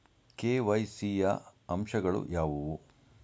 KYC ಯ ಅಂಶಗಳು ಯಾವುವು?